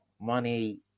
Money